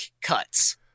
cuts